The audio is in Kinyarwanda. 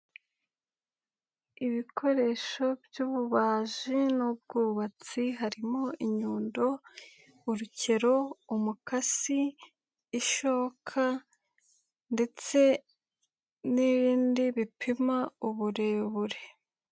Ibikoresho by'ububaji n'ubwubatsi harimo inyundo, urukero, umukasi, ishoka, ndetse n'ibindi bipima uburebure.